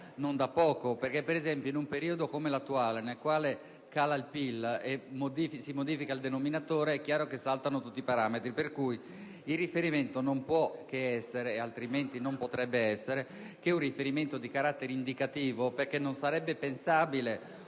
non da poco. Ad esempio, in un periodo come l'attuale, nel quale cala il PIL e si modifica il denominatore, è chiaro che saltano tutti i parametri. Per cui il riferimento non può che essere - e non potrebbe essere altrimenti - di carattere indicativo. Non sarebbe infatti